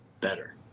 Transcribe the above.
better